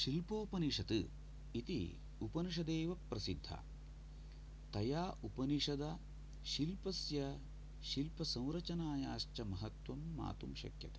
शिल्पोपनिषत् इति उपनिषदेव प्रसिद्धा तया उपनिषदा शिल्पस्य शिल्पसंरचनायाश्च महत्त्वं ज्ञातुं शक्यते